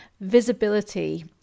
Visibility